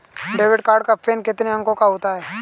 Debit card का PIN कितने अंकों का होता है?